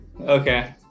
Okay